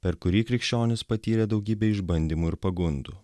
per kurį krikščionys patyrė daugybę išbandymų ir pagundų